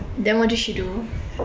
then what did she do